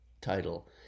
title